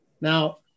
Now